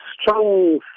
strong